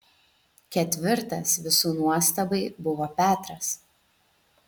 ketvirtas visų nuostabai buvo petras